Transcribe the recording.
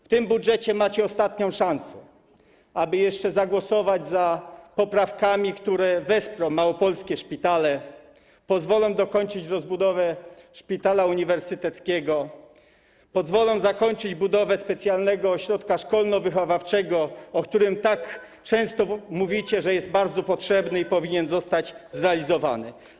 W tym budżecie macie ostatnią szansę, aby jeszcze zagłosować za poprawkami, które wesprą małopolskie szpitale, pozwolą dokończyć rozbudowę szpitala uniwersyteckiego, pozwolą zakończyć budowę specjalnego ośrodka szkolno-wychowawczego, o którym tak często mówicie, że jest bardzo potrzebny i powinien zostać zrealizowany.